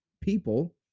people